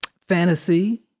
fantasy